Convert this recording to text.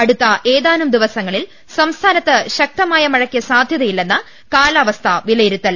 അടുത്ത ഏതാനും ദിവസങ്ങളിൽ സംസ്ഥാനത്ത് ശക്തമായ മഴയ്ക്ക് സ്ഥാധ്യതയില്ലെന്ന് കാലാവസ്ഥാ വിലയിരുത്തൽ